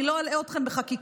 אני לא אלאה אתכם בחקיקה.